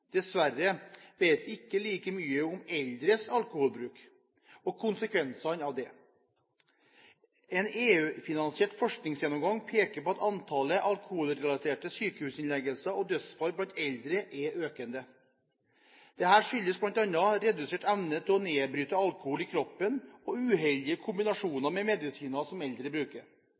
Dessverre vet vi ikke like mye om eldres alkoholbruk og konsekvensene av det. En EU-finansiert forskningsgjennomgang peker på at antallet alkoholrelaterte sykehusinnleggelser og dødsfall blant eldre er økende. Dette skyldes bl.a. redusert evne til å nedbryte alkohol i kroppen og uheldige kombinasjoner med medisiner som eldre bruker.